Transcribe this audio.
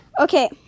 okay